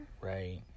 Right